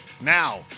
Now